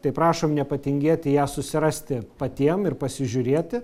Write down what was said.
tai prašom nepatingėti ją susirasti patiem ir pasižiūrėti